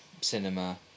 cinema